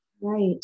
Right